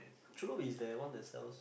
churros is that one that sells